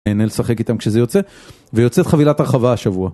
נהנה לשחק איתם כשזה יוצא, ויוצאת חבילת הרחבה השבוע.